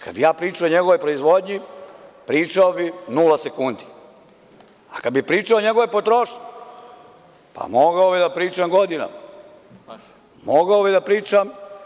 Kad bih ja pričao o njegovoj proizvodnji, pričao bih nula sekundi, a kada bih pričao o njegovoj potrošnji, pa mogao bih da pričam godinama, mogao bih da pričam.